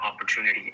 opportunity